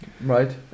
Right